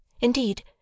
Indeed